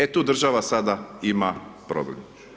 E tu država sada ima problem.